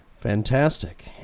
Fantastic